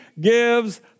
gives